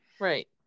Right